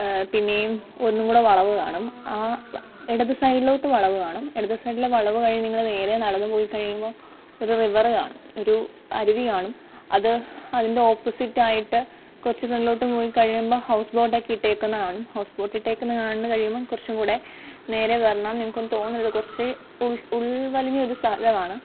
പിന്നെയും ഒന്നുംകൂടെ വളവ് കാണും ആ ഇടതു സൈഡിലോട്ട് വളവ് കാണും ഇടത് സൈഡിലെ വളവ് വഴി നിങ്ങൾ നേരെ നടന്ന് പോയി കഴിയുമ്പോൾ ഒരു റിവറ് കാണും ഒരു അരുവി കാണും അത് അതിൻ്റെ ഓപ്പോസിറ്റ് ആയിട്ട് കുറച്ച് ഫ്രണ്ടിലോട്ട് പോയി കഴിയുമ്പോൾ ഹൗസ് ബോട്ട് ഒക്കെ ഇട്ടേക്കുന്നത് കാണും ഹൗസ് ബോട്ട് ഇട്ടേക്കുന്നത് കാണ് കഴിയുമ്പോൾ കുറച്ചുംകൂടെ നേരെ വരണം നിങ്ങൾക്കൊന്നും തോന്നരുത് കുറച്ച് ഉൾവലിഞ്ഞൊരു സ്ഥലമാണ്